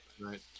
Right